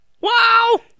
Wow